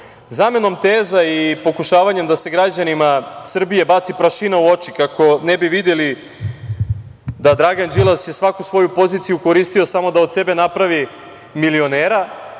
doveli. Zamenom teza i pokušavanjem da se građanima Srbije baci prašina u oči kako ne bi videli da Dragan Đilas je svaku svoju poziciju koristio samo da od sebe napravi milionera,